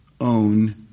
own